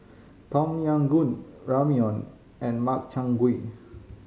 Tom Yam Goong Ramyeon and Makchang Gui